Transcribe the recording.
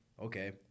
okay